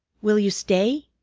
will you stay,